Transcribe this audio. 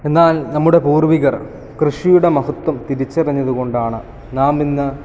എന്നാൽ നമ്മുടെ പൂർവികർ കൃഷിയുടെ മഹത്വം തിരിച്ചറിഞ്ഞത് കൊണ്ടാണ് നാം ഇന്ന്